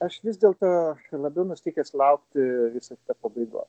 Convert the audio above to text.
aš vis dėl to labiau nusiteikęs laukti viso to pabaigos